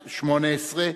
18)